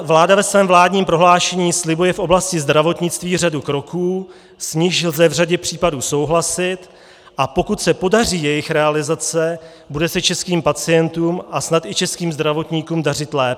Vláda ve svém vládním prohlášení slibuje v oblasti zdravotnictví řadu kroků, s nimiž lze v řadě případů souhlasit, a pokud se podaří jejich realizace, bude se českým pacientům a snad i českým zdravotníkům dařit lépe.